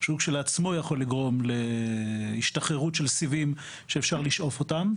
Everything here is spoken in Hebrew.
שהוא כשלעצמו יכול לגרום להשתחררות של סיבים שאפשר לשאוף אותם.